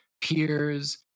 peers